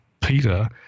Peter